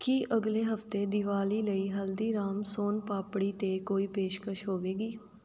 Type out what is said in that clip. ਕੀ ਅਗਲੇ ਹਫਤੇ ਦੀਵਾਲੀ ਲਈ ਹਲਦੀਰਾਮਸ ਸੋਨ ਪਾਪੜੀ 'ਤੇ ਕੋਈ ਪੇਸ਼ਕਸ਼ ਹੋਵੇਗੀ